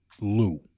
Lou